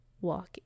walk